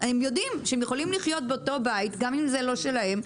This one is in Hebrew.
הם יודעים שהם יכולים לחיות באותו בית גם אם זה לא שלהם,